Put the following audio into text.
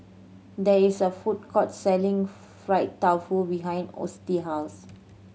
there is a food court selling fried tofu behind house